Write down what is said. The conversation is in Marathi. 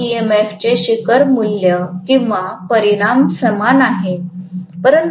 सर्व ईएमएफचे शिखर मूल्य किंवा परिमाण समान असेल